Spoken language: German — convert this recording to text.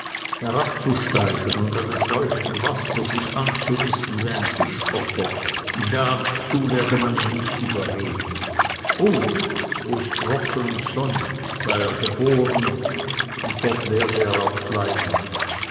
herabzusteigen und an dem feuchten wasser sich anzunisten wie ein fischotter dazu werde man ihn nicht überreden oben wo es trocken und sonnig sei er geboren und dort werde er auch bleiben